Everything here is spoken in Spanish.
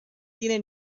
tiene